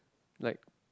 like